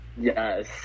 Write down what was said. Yes